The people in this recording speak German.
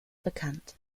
bekannt